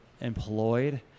employed